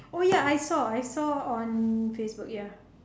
oh ya I saw I saw on facebook ya